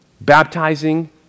baptizing